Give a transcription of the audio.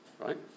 right